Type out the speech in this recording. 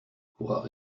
voir